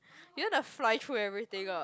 you want to fly though everything oh